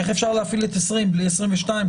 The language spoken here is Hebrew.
איך אפשר להפעיל את סעיף 20 בלי סעיף 22,